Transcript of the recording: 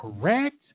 correct